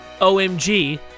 OMG